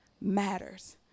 matters